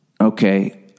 Okay